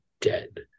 dead